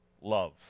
love